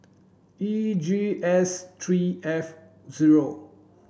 E G S three F zero